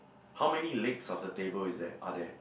how many legs of the table is there are there